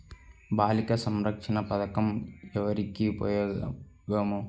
బాలిక సంరక్షణ పథకం ఎవరికి ఉపయోగము?